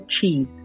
cheese